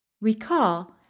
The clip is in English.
Recall